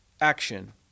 action